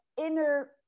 inner